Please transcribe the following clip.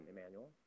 Emmanuel